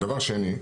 דבר שני,